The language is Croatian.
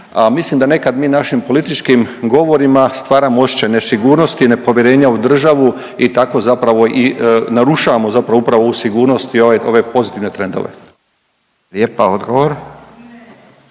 mislim da nekad mi našim političkim govorima stvaramo osjećaj nesigurnosti, nepovjerenja u državu i tako zapravo i narušavamo zapravo upravo ovu sigurnost i ove pozitivne trendove. **Radin,